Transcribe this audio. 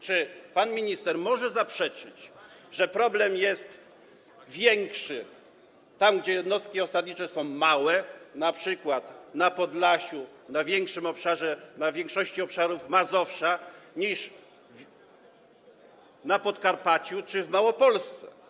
Czy pan minister może zaprzeczyć, że problem jest większy tam, gdzie jednostki osadnicze są małe, np. na Podlasiu, na większości obszarów Mazowsza, niż na Podkarpaciu czy w Małopolsce?